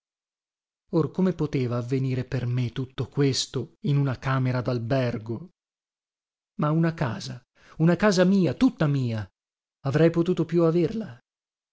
come poteva avvenire per me tutto questo in una camera dalbergo ma una casa una casa mia tutta mia avrei potuto più averla